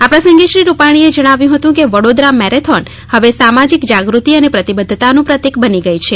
આ પ્રસંગે શ્રી રૂપાણે જણાવ્યું હતું કે વડોદરા મેરેથીન હવે સામાજીક જાગૃતિ અને પ્રતિબધ્ધતાનું પ્રતિક બની ગઇ છે